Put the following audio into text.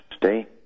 today